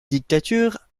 dictature